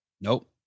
Nope